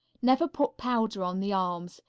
never put powder on the arms.